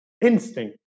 instinct